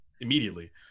immediately